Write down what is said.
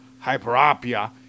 hyperopia